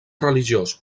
religiós